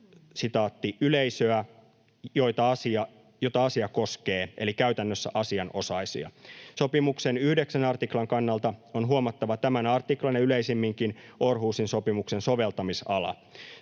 ”yleisöä, jota asia koskee” eli käytännössä asianosaisia. Sopimuksen 9 artiklan kannalta on huomattava tämän artiklan ja yleisemminkin Århusin sopimuksen soveltamisala.